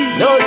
no